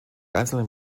einzelnen